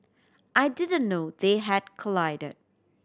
I didn't know they had collided